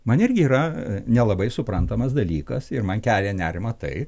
man irgi yra nelabai suprantamas dalykas ir man kelia nerimą tai